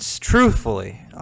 truthfully